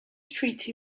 treaty